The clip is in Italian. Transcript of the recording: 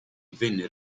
venne